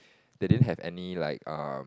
they didn't have any like um